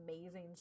amazing